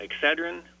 Excedrin